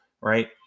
right